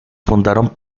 fundaron